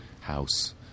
house